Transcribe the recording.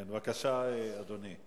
בבקשה, אדוני.